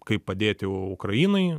kaip padėti ukrainai